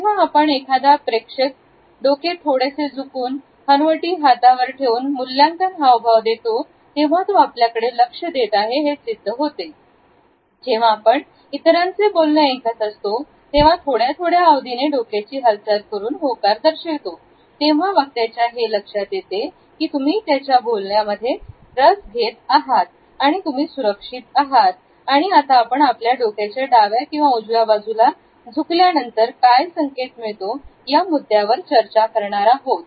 जेव्हा आपण एखादा प्रेक्षक डोके थोडेसे झुकून हनुवटी हातावर ठेवून मूल्यांकन हावभाव देतो तेव्हा तो आपल्याकडे लक्ष देत आहे हे सिद्ध होते जेव्हा आपण इतरांचे बोलणे ऐकत असतो तेव्हा थोड्या थोड्या अवधी ने डोक्याची हालचाल करून होकार दर्शवतो तेव्हा वक्त्याच्या हे लक्षात येते की तुम्ही बोलण्यात रस घेत आहात आणि तुम्ही सुरक्षित आहात आणि आता आपण आपल्या डोक्याला डाव्या किंवा उजव्या बाजूला चुकल्यानंतर काय संकेत मिळतो या मुद्द्यावर चर्चा करणार आहोत